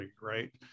right